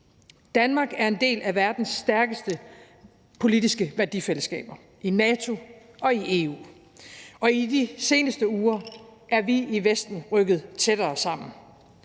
Danmark er en del af verdens stærkeste politiske værdifællesskaber i NATO og i EU. Og i de seneste uger er vi i Vesten rykket tættere sammen.